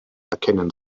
erkennen